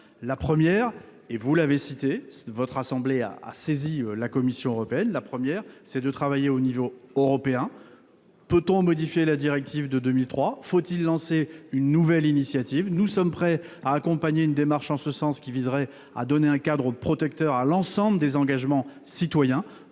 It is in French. vous êtes au courant puisque votre assemblée a saisi la Commission européenne à ce sujet -de travailler au niveau européen. Peut-on modifier la directive de 2003 ? Faut-il lancer une nouvelle initiative ? Nous sommes prêts à accompagner une démarche en ce sens visant à donner un cadre protecteur à l'ensemble des engagements citoyens,